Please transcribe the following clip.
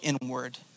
inward